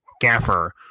gaffer